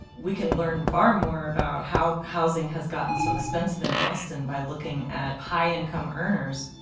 we can learn far more about how housing has gotten so expensive in austin by looking at high income earners.